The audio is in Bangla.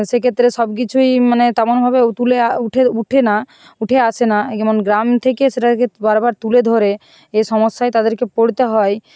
সেক্ষেত্রে সব কিছুই মানে তেমনভাবেও তুলে উঠে উঠে না উঠে আসে না এই যেমন গ্রাম থেকে সেটাকে বারবার তুলে ধরে এ সমস্যায় তাদেরকে পড়তে হয়